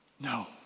no